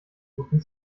guten